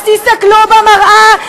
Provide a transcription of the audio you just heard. אז תסתכלו במראה,